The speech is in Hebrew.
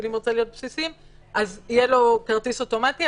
מהמפעילים רוצה להיות בסיסי יהיה לו כרטיס אוטומטי,